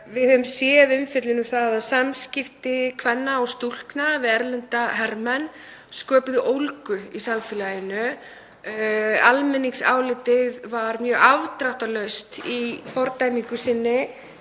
Við höfum séð umfjöllun um að samskipti kvenna og stúlkna við erlenda hermenn sköpuðu ólgu í samfélaginu. Almenningsálitið var mjög afdráttarlaust í fordæmingu sinni